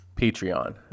Patreon